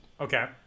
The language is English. Okay